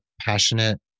passionate